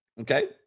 Okay